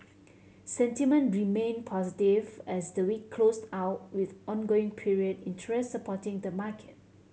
sentiment remained positive as the week closed out with ongoing period interest supporting the market